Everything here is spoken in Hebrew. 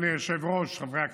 אדוני היושב-ראש, חברי הכנסת,